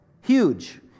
Huge